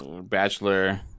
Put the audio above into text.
bachelor